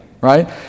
right